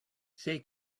they